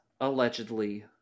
allegedly